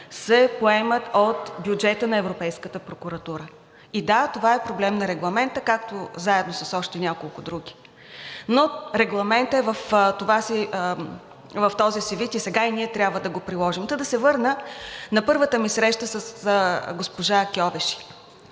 се поемат от бюджета на Европейската прокуратура. И да, това е проблем на Регламента, както заедно с още няколко други. Но Регламентът е в този вид и сега и ние трябва да го приложим. Да се върна на първата ми среща с госпожа Кьовеши.